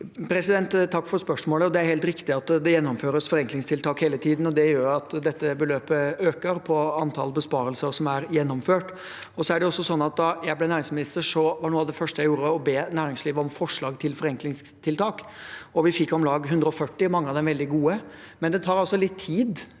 Takk for spørsmålet. Det er helt riktig at det gjennomføres forenklingstiltak hele tiden, og det gjør at dette beløpet øker med antall besparelser som er gjennomført. Da jeg ble næringsminister, var noe av det første jeg gjorde, å be næringslivet om forslag til forenklingstiltak. Vi fikk om lag 140. Mange av dem var veldig gode, men det tar altså litt tid